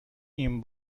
این